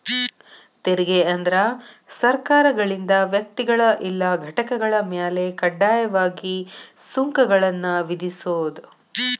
ತೆರಿಗೆ ಅಂದ್ರ ಸರ್ಕಾರಗಳಿಂದ ವ್ಯಕ್ತಿಗಳ ಇಲ್ಲಾ ಘಟಕಗಳ ಮ್ಯಾಲೆ ಕಡ್ಡಾಯವಾಗಿ ಸುಂಕಗಳನ್ನ ವಿಧಿಸೋದ್